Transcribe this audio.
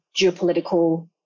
geopolitical